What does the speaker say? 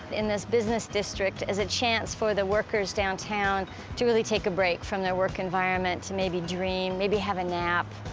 in this business district, as a chance for the workers downtown to really take a break from their work environment to maybe dream, maybe have a nap.